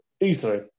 easily